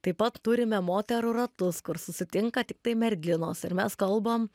taip pat turime moterų ratus kur susitinka tiktai merginos ir mes kalbam